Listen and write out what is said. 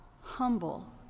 humble